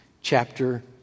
chapter